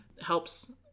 helps